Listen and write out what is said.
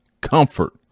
comfort